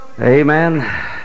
amen